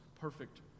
perfect